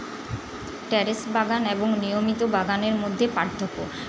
terrace বাগান এবং নিয়মিত বাগানের মধ্যে পার্থক্য